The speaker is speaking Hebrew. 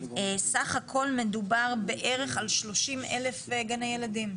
סך הכל מדובר בערך על 30,000 גני ילדים.